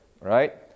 right